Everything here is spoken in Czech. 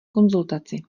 konzultaci